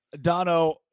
Dono